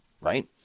right